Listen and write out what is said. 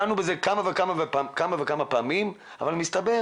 דנו בזה כמה וכמה פעמים, אבל מסתבר,